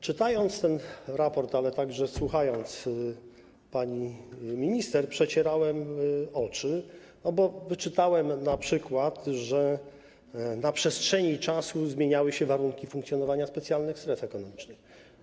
Czytając ten raport, ale także słuchając pani minister, przecierałem oczy ze zdumienia, bo np. wyczytałem, że na przestrzeni czasu zmieniały się warunki funkcjonowania specjalnych stref ekonomicznych.